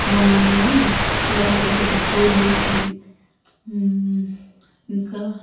మొన్ననేమో కలబంద చెట్టుకి పూలు పూసింది ఇంకా